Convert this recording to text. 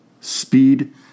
speed